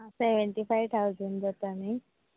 आं seventy five thousand जाता न्ही